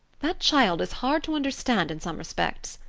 that child is hard to understand in some respects.